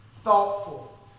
thoughtful